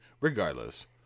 Regardless